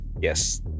Yes